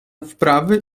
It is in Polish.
wprawy